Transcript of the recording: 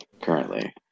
currently